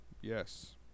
yes